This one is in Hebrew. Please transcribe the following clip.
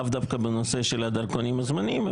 לאו דווקא בנושא של הדרכונים הזמניים,